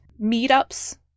meetups